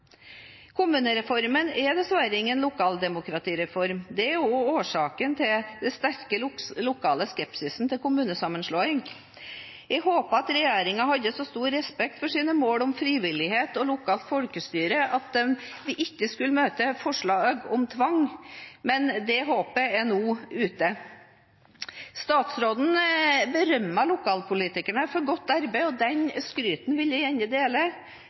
Kommunereformen er dessverre ingen lokaldemokratireform. Det er også årsaken til den sterke lokale skepsisen til kommunesammenslåing. Jeg håpet regjeringen hadde så stor respekt for sine mål om frivillighet og lokalt folkestyre at vi ikke skulle møte forslag om tvang, men det håpet er nå ute. Statsråden berømmet lokalpolitikerne for godt arbeid. Det skrytet vil jeg gjerne dele.